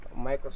Microsoft